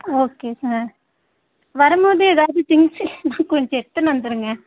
okay sir வரும் போது ஏதாவது திங்க்ஸு இருந்தால் கொஞ்சம் எடுத்துன்னு வந்துடுங்க